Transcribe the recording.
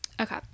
okay